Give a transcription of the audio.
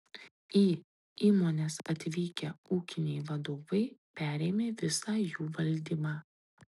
į įmones atvykę ūkiniai vadovai perėmė visą jų valdymą